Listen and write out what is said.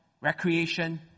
recreation